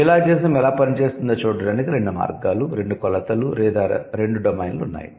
neologism ఎలా పనిచేస్తుందో చూడడానికి రెండు మార్గాలు రెండు కొలతలు లేదా రెండు డొమైన్లు ఉన్నాయి